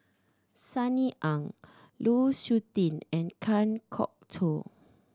Sunny Ang Lu Suitin and Kan Kwok Toh